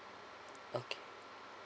okay